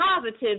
positive